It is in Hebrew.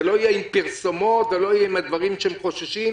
זה לא יהיה עם פרסומות ועם דברים שהם חוששים.